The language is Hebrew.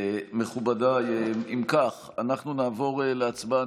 אם כך, מכובדיי, אנחנו נעבור להצבעה.